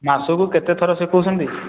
ମାସକୁ କେତେ ଥର ଶିଖୋଉଛନ୍ତି